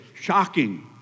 shocking